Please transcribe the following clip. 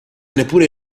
neppure